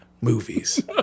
movies